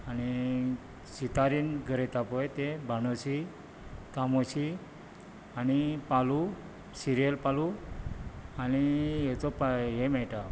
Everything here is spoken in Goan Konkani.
आनी सितारीन गरयतात पळय ते भाणुशीं तामोशी आनी पालु सिरयल पालु आनी हेचो पळय हे मेळटा